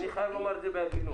אני חייב לומר את זה בהגינות.